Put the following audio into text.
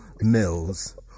Mills